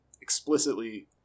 explicitly